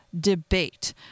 debate